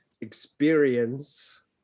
experience